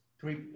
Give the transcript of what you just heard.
three